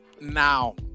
Now